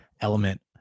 element